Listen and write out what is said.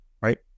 right